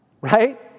right